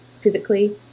physically